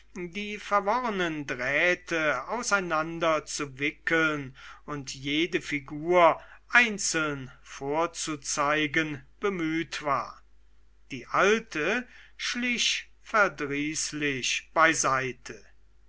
die verworrenen drähte auseinander zu wickeln und jede figur einzeln vorzuzeigen bemüht war die alte schlich verdrießlich beiseite